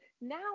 Now